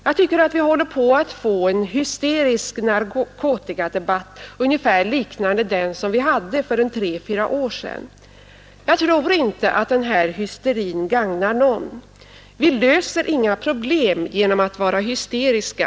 Jag tycker att vi håller på att få en hysterisk narkotikadebatt, liknande den vi hade för tre fyra år sedan. Jag tror inte att den hysterin gagnar någon. Vi löser inga problem genom att vara hysteriska.